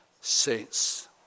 Saints